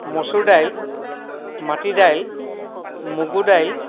মচুৰ দাইল মাটি দাইল মগু দাইল